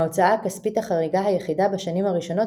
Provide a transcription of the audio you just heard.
ההוצאה הכספית החריגה היחידה בשנים הראשונות